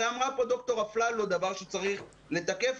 הרי אמרה כאן דוקטור אפללו דבר שצריך לתקף